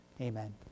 amen